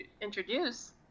introduce